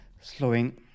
slowing